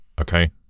okay